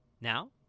now